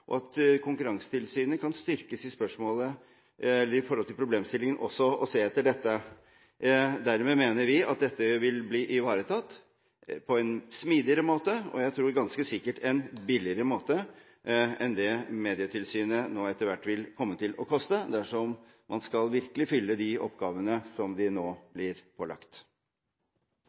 og at Konkurransetilsynet kan styrkes også når det gjelder den problemstillingen, det å se etter dette. Dermed mener vi at dette vil bli ivaretatt på en smidigere, og jeg tror ganske sikkert billigere, måte, sammenlignet med det som Medietilsynet etter hvert vil komme til å koste, dersom det virkelig skal utføre de oppgavene som det nå blir pålagt.